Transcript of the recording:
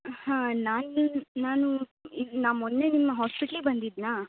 ಹಾಂ ನಾನು ನಿಮ್ಮ ನಾನು ಈಗ ನಾ ಮೊನ್ನೆ ನಿಮ್ಮ ಹಾಸ್ಪಿಟ್ಲಿಗೆ ಬಂದಿದ್ದೆನಾ